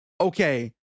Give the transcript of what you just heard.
okay